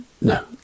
No